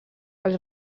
els